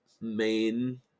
main